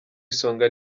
isonga